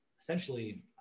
essentially